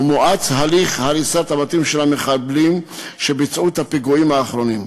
ומואץ הליך הריסת הבתים של המחבלים שביצעו את הפיגועים האחרונים.